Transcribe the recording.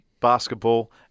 basketball